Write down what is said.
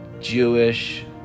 Jewish